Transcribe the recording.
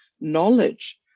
knowledge